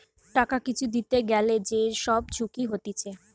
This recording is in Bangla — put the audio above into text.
টাকা কিছু দিতে গ্যালে যে সব ঝুঁকি হতিছে